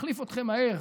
נחליף אתכם מהר,